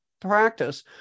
practice